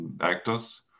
actors